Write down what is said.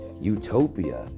utopia